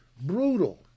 brutal